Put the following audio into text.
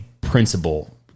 principle